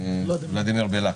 ולדימיר בליאק,